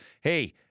hey